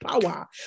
power